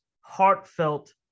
heartfelt